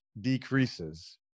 decreases